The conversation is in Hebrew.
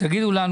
תגידו לנו,